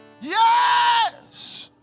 Yes